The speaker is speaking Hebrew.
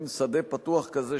מין שדה פתוח כזה,